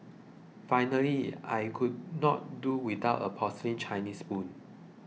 finally I could not do without a porcelain Chinese spoon